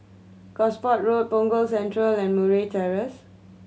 Gosport Road Punggol Central and Murray Terrace